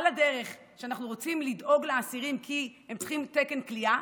על הדרך שאנחנו רוצים לדאוג לאסירים כי הם צריכים תקן כליאה,